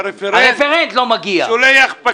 שולח פקיד.